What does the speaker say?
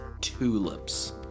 Tulips